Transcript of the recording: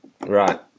Right